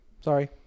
Sorry